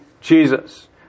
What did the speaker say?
Jesus